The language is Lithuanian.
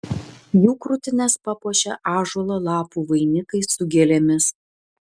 jų krūtines papuošė ąžuolo lapų vainikai su gėlėmis